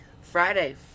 Friday